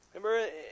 Remember